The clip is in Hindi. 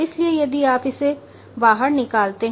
इसलिए यदि आप इसे बाहर निकालते हैं